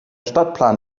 stadtplan